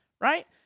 Right